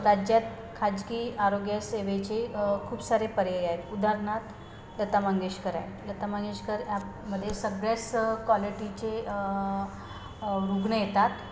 राज्यात खाजगी आरोग्य सेवेचे खूप सारे पर्याय आहेत उदाहरणार्थ लता मंगेशकर आहे लता मंगेशकर ॲपमध्ये सगळ्याच कॉलिटीचे रुग्ण येतात